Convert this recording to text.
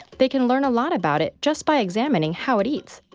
they can learn a lot about it just by examining how it eats.